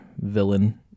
villain